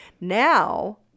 Now